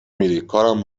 میری، کارم